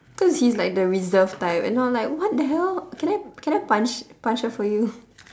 cause he's like the reserved type and I'm like what the hell can I can I punch punch her for you